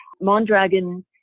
Mondragon